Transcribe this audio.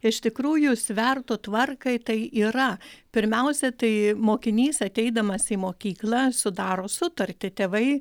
iš tikrųjų svertų tvarkai tai yra pirmiausia tai mokinys ateidamas į mokyklą sudaro sutartį tėvai